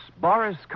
Boris